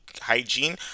hygiene